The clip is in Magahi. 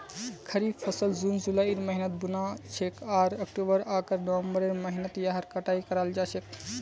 खरीफ फसल जून जुलाइर महीनात बु न छेक आर अक्टूबर आकर नवंबरेर महीनात यहार कटाई कराल जा छेक